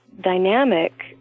dynamic